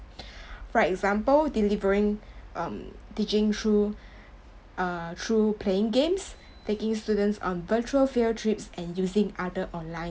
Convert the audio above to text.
for example delivering um teaching through uh through playing games taking students on virtual field trips and using other online